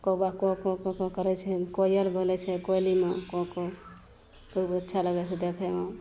कौआ काँउ काँउ काँउ काँउ करै छै कोयल बोलै छै कोइलीमे काँउ काँउ बहुत अच्छा लगै छै देखैमे